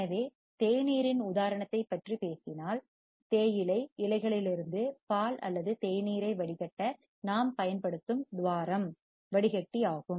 எனவே தேநீரின் உதாரணத்தைப் பற்றி பேசினால் தேயிலை இலைகளிலிருந்து பால் அல்லது தேநீரை வடிகட்ட நாம் பயன்படுத்தும் துவாரம் வடிகட்டி பில்டர் ஆகும்